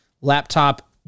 Laptop